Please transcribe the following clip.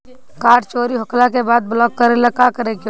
Card चोरी होइला के बाद ब्लॉक करेला का करे के होई?